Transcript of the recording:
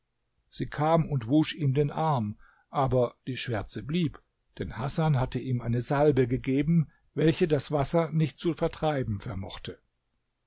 sie kam und wusch ihm den arm aber die schwärze blieb denn hasan hatte ihm eine salbe gegeben welche das wasser nicht zu vertreiben vermochte